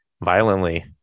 violently